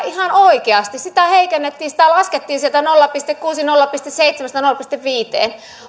ihan oikeasti sitä heikennettiin sitä laskettiin sieltä nolla pilkku kuusi nolla pilkku seitsemästä nolla pilkku viiteen